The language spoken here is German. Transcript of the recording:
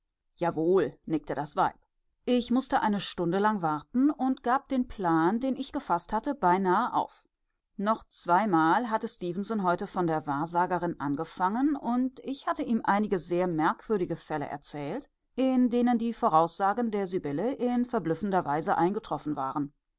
nickte das weib ich mußte eine stunde lang warten und gab den plan den ich gefaßt hatte beinahe auf noch zweimal hatte stefenson heute von der wahrsagerin angefangen und ich hatte ihm einige sehr merkwürdige fälle erzählt in denen die voraussagungen der sibylle in verblüffender weise eingetroffen waren